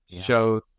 show